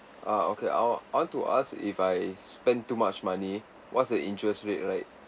ah okay I'll I want to ask if I spend too much money what's the interest rate like